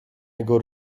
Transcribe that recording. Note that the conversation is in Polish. jego